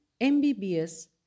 MBBS